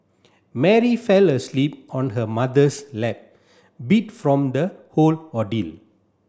Mary fell asleep on her mother's lap beat from the whole ordeal